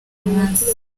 munsi